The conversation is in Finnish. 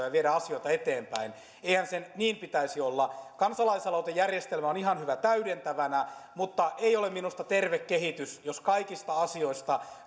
ja viedä asioita eteenpäin eihän sen niin pitäisi olla kansalaisaloitejärjestelmä on ihan hyvä täydentävänä mutta ei ole minusta terve kehitys jos kaikista asioista